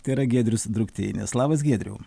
tai yra giedrius drukteinis labas giedriau